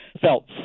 felt